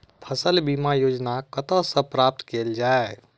फसल बीमा योजना कतह सऽ प्राप्त कैल जाए?